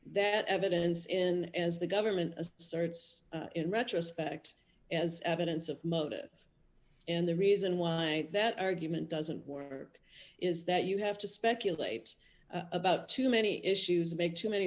that evidence in as the government as certs in retrospect as evidence of motive and the reason why that argument doesn't work is that you have to speculate about too many issues make too many